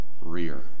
rear